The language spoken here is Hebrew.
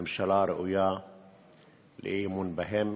הממשלה ראויה לאי-אמון בגללם.